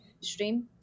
stream